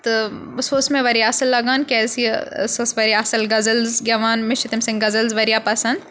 تہٕ سُہ اوس مےٚ واریاہ اَصٕل لَگان کیازِ کہِ سُہ اوس واریاہ اَصٕل غزلٕز گیٚوان مےٚ چھِ تٔمۍ سٕنٛدِ غزلٕز واریاہ پَسنٛد